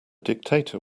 dictator